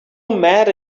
mad